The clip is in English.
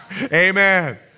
amen